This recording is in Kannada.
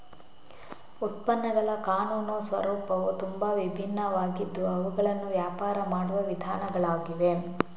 ಉತ್ಪನ್ನಗಳ ಕಾನೂನು ಸ್ವರೂಪವು ತುಂಬಾ ವಿಭಿನ್ನವಾಗಿದ್ದು ಅವುಗಳನ್ನು ವ್ಯಾಪಾರ ಮಾಡುವ ವಿಧಾನಗಳಾಗಿವೆ